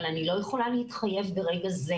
אבל אני לא יכולה להתחייב ברגע זה.